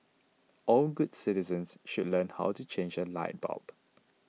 all good citizens should learn how to change a light bulb